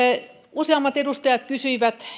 useammat edustajat kysyivät